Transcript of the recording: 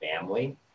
family